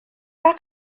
par